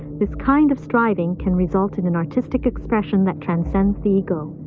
this kind of striving can result in an artistic expression that transcends the ego,